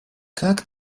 как